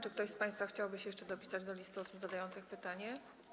Czy ktoś z państwa chciałby się jeszcze dopisać do listy osób zadających pytanie?